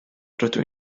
rydw